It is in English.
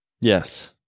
Yes